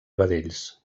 vedells